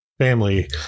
family